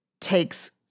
takes